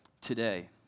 today